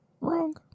Wrong